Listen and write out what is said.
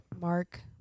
mark